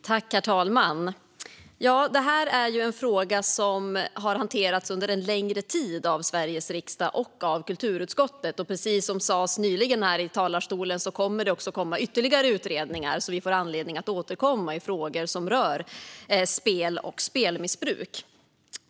Herr talman! Detta är en fråga som har hanterats under en längre tid av Sveriges riksdag och av kulturutskottet. Precis som sades nyligen i talarstolen kommer det att komma ytterligare utredningar, så vi får anledning att återkomma till frågor som rör spel och spelmissbruk.